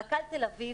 שלישית,